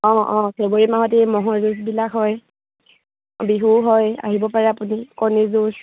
অঁ অঁ ফেব্ৰুৱাৰী মাহত এই ম'হৰ যুঁজবিলাক হয় বিহু হয় আহিব পাৰে আপুনি কণী যুঁজ